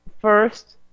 first